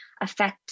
affect